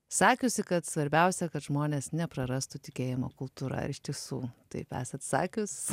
sakiusi kad svarbiausia kad žmonės neprarastų tikėjimo kultūra ar iš tiesų taip esat sakius